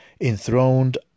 enthroned